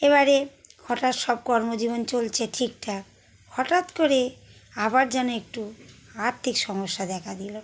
এবারে হঠাৎ সব কর্মজীবন চলছে ঠিকঠাক হঠাৎ করে আবার যেন একটু আর্থিক সমস্যা দেখা দিল